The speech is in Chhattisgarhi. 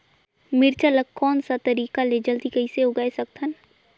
मिरचा ला कोन सा तरीका ले जल्दी कइसे उगाय सकथन?